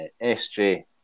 S-J